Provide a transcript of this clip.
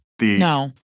No